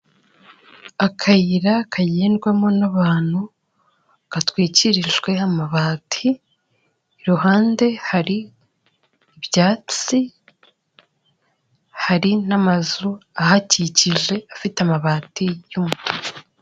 Akayira kagendwamo n'abantu, gatwikirijwe amabati, iruhande hari ibyatsi, hari n'amazu ahakikije, afite amabati y'umutuku.